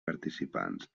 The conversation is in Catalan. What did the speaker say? participants